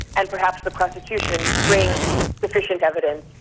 and perhaps the prosecution to bring sufficient evidence.